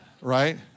Right